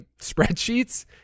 spreadsheets